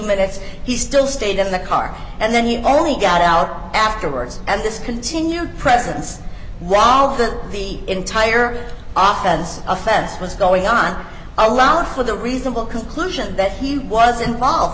minutes he still stayed in the car and then you only got out afterwards and this continued presence rob that the entire office offense was going on along with a reasonable conclusion that he was involved